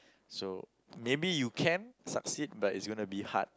so maybe you can succeed but it's gonna be hard